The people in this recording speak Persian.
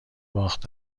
باخت